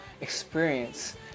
experience